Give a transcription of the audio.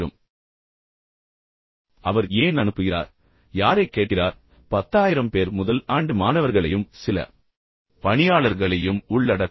இப்போது அவர் ஏன் அனுப்புகிறார் யாரைக் கேட்கிறார் 10000 பேர் முதல் ஆண்டு மாணவர்களையும் சில பணியாளர்களையும் உள்ளடக்கும்